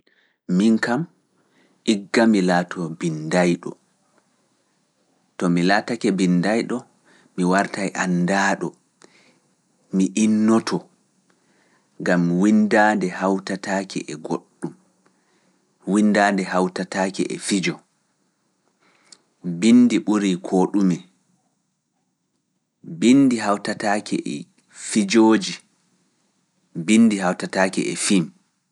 Min kam, igga mi laatoo binndayɗo. To mi laatake binndayɗo, mi wartay anndaaɗo, mi innoto, ngam winndaande hawtataake e goɗɗum, winndaande hawtataake e fijo, binndi ɓurii koo ɗumi, binndi hawtataake e fijooji, binndi hawtataake e film.